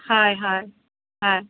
হয় হয় হয়